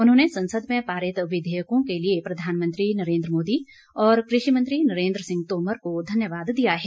उन्होंने संसद में पारित विधेयकों के लिए प्रधानमंत्री नरेंद्र मोदी और कृषि मंत्री नरेंद्र सिंह तोमर को धन्यवाद दिया है